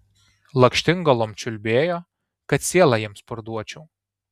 lakštingalom čiulbėjo kad sielą jiems parduočiau